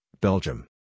Belgium